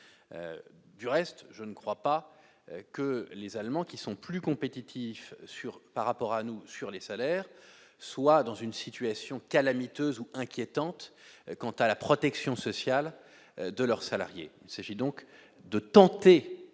du reste, je ne crois pas que les Allemands qui sont plus compétitifs sur par rapport à nous sur les salaires, soit dans une situation calamiteuse ou inquiétantes quant à la protection sociale de leurs salariés, donc de tenter